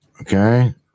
okay